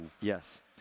Yes